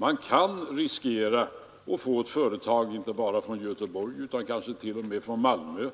Man kan enligt denna riskera att få ett företag inte bara från Göteborg utan kanske t.o.m. från Malmö,